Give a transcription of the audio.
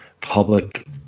public